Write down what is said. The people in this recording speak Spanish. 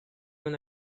una